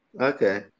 Okay